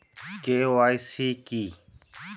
KYC কি?